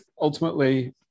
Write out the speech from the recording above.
ultimately